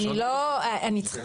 יכול להיות לשנות